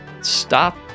stop